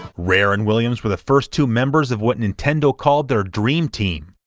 rare and williams were the first two members of what nintendo called their dream team,